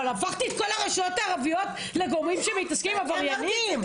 אבל הפכתי את כל הרשויות הערביות לגורמים שמתעסקים עם עבריינים?